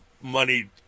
money